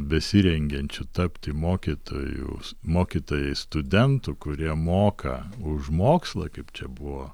besirengiančių tapti mokytojus mokytojai studentų kurie moka už mokslą kaip čia buvo